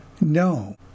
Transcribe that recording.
No